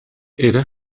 era